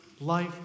life